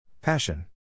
Passion